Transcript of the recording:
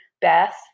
Beth